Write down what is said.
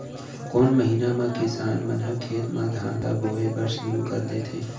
कोन महीना मा किसान मन ह खेत म धान ला बोये बर शुरू कर देथे?